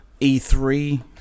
E3